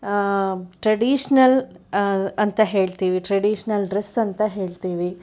traditional ಅಂತ ಹೇಳ್ತೀವಿ traditional dress ಅಂತ ಹೇಳ್ತೀವಿ